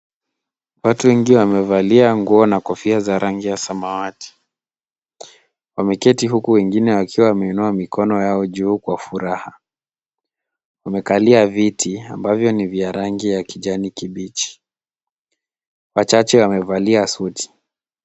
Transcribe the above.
Watu wengi wamevalia nguo na kofia za rangi ya samawati. wameketi huku wengine wakiwa wameinua mikono yao juu kwa furaha. Wamekalia viti ambavyo ni vya rangi ya kijani kibichi. Wachache wamevalia suti.